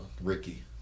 Ricky